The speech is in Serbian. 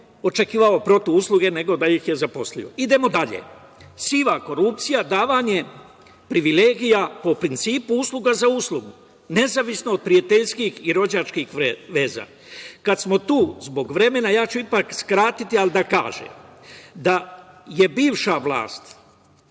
očekivao protivusluge, nego da ih je zaposlio. Idemo dalje. Siva korupcija – davanje privilegija po principu usluga za uslugu, nezavisno od prijateljskih i rođačkih veza. Kada smo tu, zbog vremena, ja ću ipak skratiti, ali da kažem da je bivša vlast